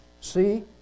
See